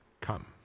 Come